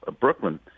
Brooklyn